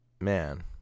man